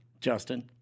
Justin